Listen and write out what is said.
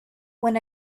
when